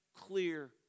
clear